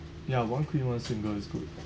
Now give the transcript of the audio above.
ya one queen one single is good